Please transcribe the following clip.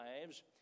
lives